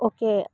okay